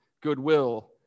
Goodwill